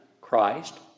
Christ